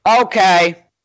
okay